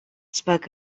spoke